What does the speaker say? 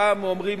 פעם אומרים,